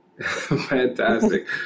Fantastic